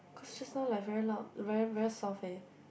cause just now like very loud very very soft eh